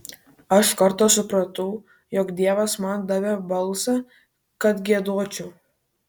aš kartą supratau jog dievas man davė balsą kad giedočiau